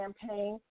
campaign